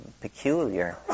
peculiar